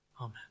Amen